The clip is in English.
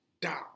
down